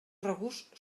regust